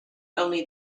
only